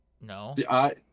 No